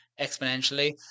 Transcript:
exponentially